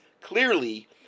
Clearly